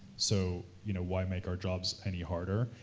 so you know why make our jobs any harder?